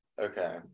Okay